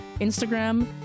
Instagram